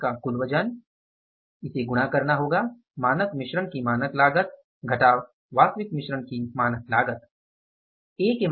मिश्रण के वजन अलग हैं